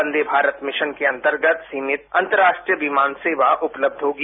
वंदे Bharat mission के अंतर्गत सीमित अंतर्राष्ट्रीय विमान सेवा उपलब्ध होगी